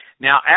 Now